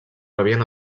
rebien